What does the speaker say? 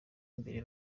imbere